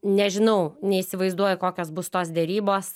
nežinau neįsivaizduoju kokios bus tos derybos